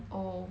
oh